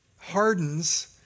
hardens